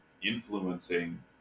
Influencing